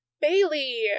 Bailey